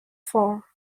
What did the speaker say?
for